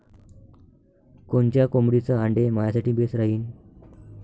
कोनच्या कोंबडीचं आंडे मायासाठी बेस राहीन?